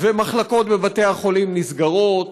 ומחלקות בבתי-החולים נסגרות,